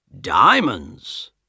diamonds